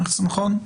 נכון?